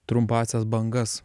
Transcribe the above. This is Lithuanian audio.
trumpąsias bangas